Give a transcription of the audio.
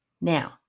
Now